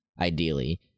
ideally